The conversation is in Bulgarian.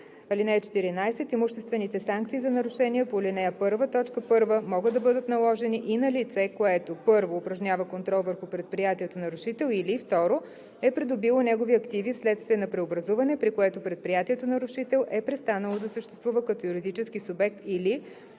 14: „(14) Имуществените санкции за нарушение по ал. 1, т. 1 могат да бъдат наложени и на лице, което: 1. упражнява контрол върху предприятието нарушител, или 2. е придобило негови активи вследствие на преобразуване, при което предприятието нарушител е престанало да съществува като юридически субект, или